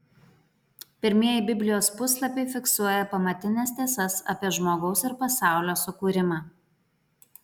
pirmieji biblijos puslapiai fiksuoja pamatines tiesas apie žmogaus ir pasaulio sukūrimą